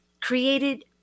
created